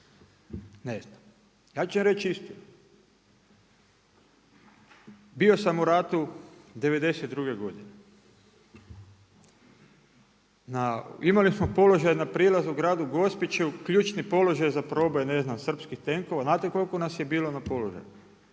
ću vam reći istinu, bio sam u ratu '92. godine, imali smo položaje na prilazu gradu Gospiću, ključni položaj za proboj ne znam srpskih tenkova, znate koliko nas je bilo na položaju,